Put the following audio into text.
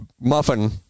Muffin